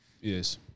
Yes